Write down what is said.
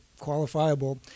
qualifiable